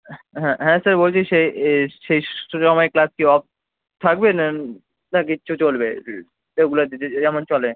হ্যাঁ হ্যাঁ স্যার বলছি সে এ সেই সময় ক্লাস কি অফ থাকবে নাকি চলবে রেগুলার যেমন চলে